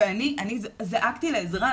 ואני זעקתי לעזרה,